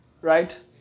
right